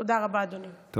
תודה רבה, אדוני.